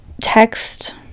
text